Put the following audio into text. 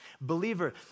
Believer